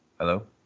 Hello